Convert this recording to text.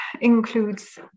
includes